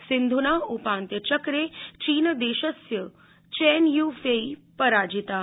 सिन्धना उपान्त्यचक्रे चीनदेशस्य Chen Yufei पराजिता